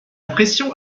pression